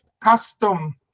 custom